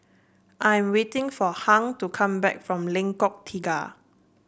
I'm waiting for Hung to come back from Lengkok Tiga